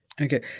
Okay